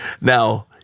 Now